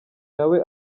nawe